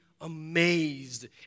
amazed